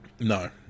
No